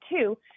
two